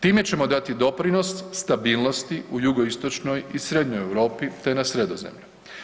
Time ćemo dati doprinos stabilnosti u jugoistočnoj i srednjoj Europi te na Sredozemlju.